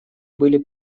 были